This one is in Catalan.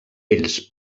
ells